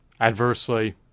adversely